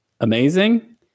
amazing